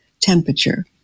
temperature